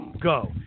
go